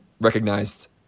recognized